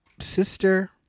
sister